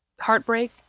heartbreak